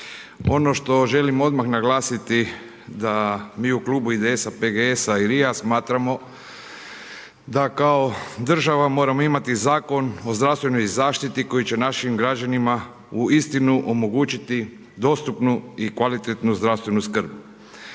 Ono što želim odmah naglasiti da mi u Klubu IDS-a, PGS-a i RIA smatramo da kao država moramo imati Zakon o zdravstvenoj zaštiti koji će našim građanima uistinu omogućiti dostupnu i kvalitetnu zdravstvenu skrb.